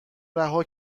رها